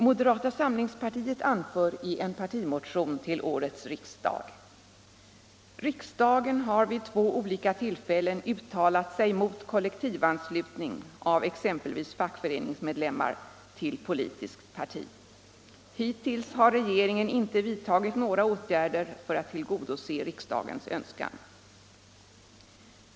Moderata samlingspartiet anför i en partimotion till årets riksdag: Riksdagen har vid två olika tillfällen uttalat sig mot kollektivanslutning av exempelvis fackföreningsmedlemmar till politiskt parti. Hittills har regeringen inte vidtagit några åtgärder för att tillgodose riksdagens önskan.